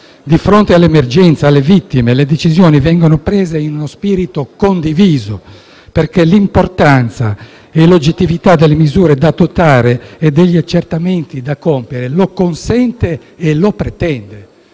Di fronte all’emergenza e alle vittime, le decisioni vengono prese in uno spirito condiviso, perché l’importanza e l’oggettività delle misure da adottare e degli accertamenti da compiere lo consentono e lo pretendono.